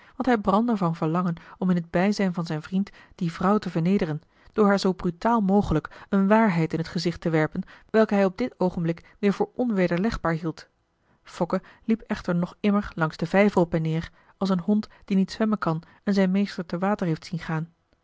want hij brandde van verlangen om in het bijzijn van zijn vriend die vrouw te vernederen door haar zoo brutaal mogelijk een waarheid in het gezicht te werpen welke hij op dit oogenblik weer voor onwederlegbaar hield fokke liep echter nog immer langs den vijver op en neer als een hond die niet zwemmen kan en zijn meester te water heeft zien gaan